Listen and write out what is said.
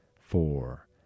four